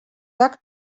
tak